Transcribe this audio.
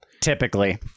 Typically